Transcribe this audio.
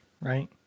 right